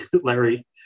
Larry